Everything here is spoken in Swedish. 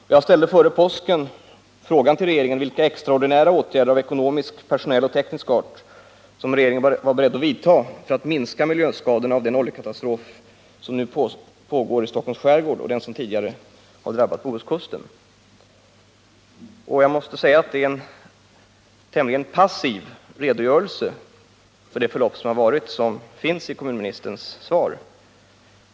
Före påsk ställde jag frågan till regeringen om vilka extraordinära åtgärder av ekonomisk, personell och teknisk art som regeringen var beredd att vidta för att minska miljöskadorna i samband med den nu aktuella oljekatastrofen i Stockholms skärgård liksom den katastrof som tidigare drabbat Bohuskusten. Jag måste säga att det är en tämligen passiv redogörelse för händelsernas förlopp som lämnas i kommunministerns svar.